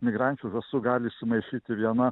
migrančių žąsų gali įsimaišyti viena